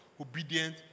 obedient